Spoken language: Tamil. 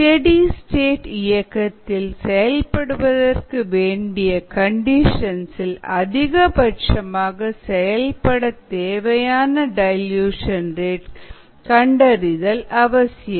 ஸ்டெடி ஸ்டேட் இயக்கத்தில் செயல்படுவதற்கு வேண்டிய கண்டிஷன்ஸ் இல் அதிகபட்சமாக செயல்பட தேவையான டயல்யூஷன் ரேட் கண்டறிதல் அவசியம்